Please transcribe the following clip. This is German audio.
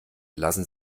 lassen